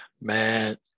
Man